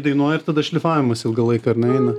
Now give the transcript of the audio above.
dainuoji ir tada šlifavimas ilgą laiką eina